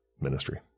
ministry